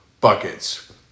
buckets